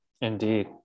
Indeed